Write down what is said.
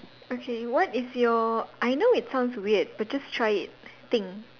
okay what is your I know it sounds weird but just try it thing